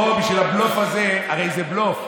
בוא, בשביל הבלוף הזה, הרי זה בלוף,